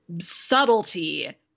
subtlety